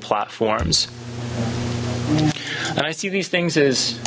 platforms and i see these things is